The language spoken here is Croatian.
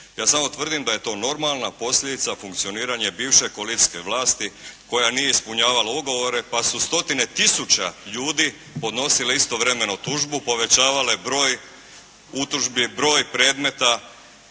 Ja samo tvrdim da je to normalna posljedica funkcioniranja bivše koalicijske vlasti koja nije ispunjavala ugovore pa su stotine tisuća ljudi podnosile istovremeno tužbu, povećavale broj utužbi, broj predmeta